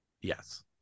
yes